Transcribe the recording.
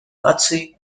наций